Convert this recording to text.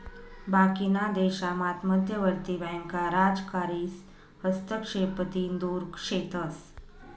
बाकीना देशामात मध्यवर्ती बँका राजकारीस हस्तक्षेपतीन दुर शेतस